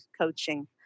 coaching